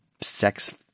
sex